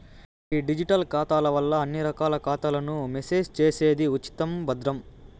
ఈ డిజిటల్ ఖాతాల వల్ల అన్ని రకాల ఖాతాలను మేనేజ్ చేసేది ఉచితం, భద్రం